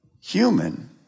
human